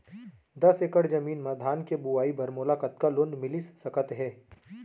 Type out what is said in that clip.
दस एकड़ जमीन मा धान के बुआई बर मोला कतका लोन मिलिस सकत हे?